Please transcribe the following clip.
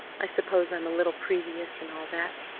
i suppose i'm a little previous and all that,